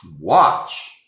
watch